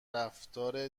رفتار